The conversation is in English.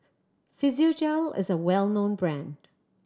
Physiogel is a well known brand